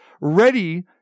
ready